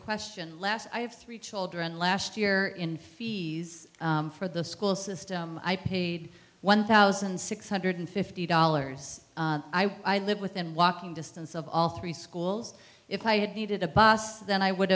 question last i have three children last year in fees for the school system i paid one thousand six hundred fifty dollars i live within walking distance of all three schools if i had needed a bus then i would